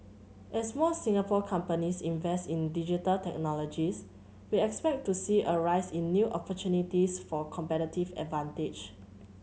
as more Singapore companies invest in Digital Technologies we expect to see a rise in new opportunities for competitive advantage